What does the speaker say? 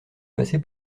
passer